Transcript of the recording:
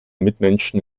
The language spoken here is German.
mitmenschen